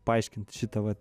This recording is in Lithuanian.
paaiškint šitą vat